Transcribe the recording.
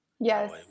Yes